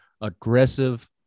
aggressive